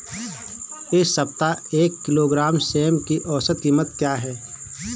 इस सप्ताह एक किलोग्राम सेम की औसत कीमत क्या है?